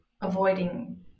avoiding